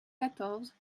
quatorze